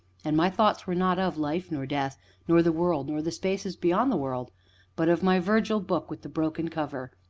and my thoughts were not of life nor death nor the world nor the spaces beyond the world but of my virgil book with the broken cover,